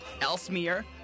Elsmere